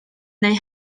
neu